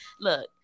Look